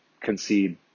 concede